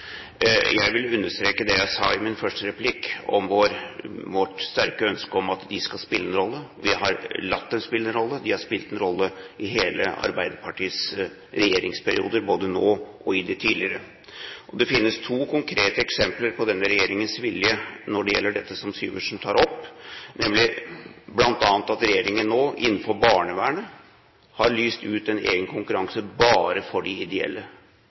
Jeg vil understreke det jeg sa i min første replikk om vårt sterke ønske om at de skal spille en rolle. Vi har latt dem spille en rolle. De har spilt en rolle i alle Arbeiderpartiets regjeringsperioder, både nå og i de tidligere. Det finnes to konkrete eksempler på denne regjeringens vilje når det gjelder dette som Syversen tar opp – nemlig at regjeringen nå innenfor barnevernet har lyst ut en egen konkurranse bare for de ideelle,